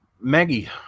Maggie